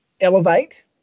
elevate